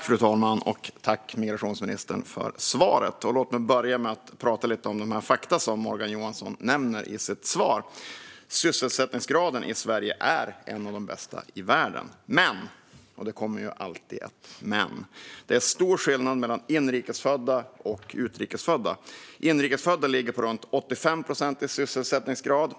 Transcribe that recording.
Fru talman! Tack, migrationsministern, för svaret! Låt mig börja med att tala lite om de fakta som Morgan Johansson nämner i sitt svar. Sysselsättningsgraden i Sverige är en av de bästa i världen. Men - det kommer ju alltid ett "men" - det är stor skillnad mellan inrikesfödda och utrikesfödda. De inrikesfödda ligger på runt 85 procent i sysselsättningsgrad,